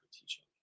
teaching